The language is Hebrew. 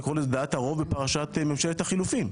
לקרוא לזה דעת הרוב בפרשת ממשלת החילופין,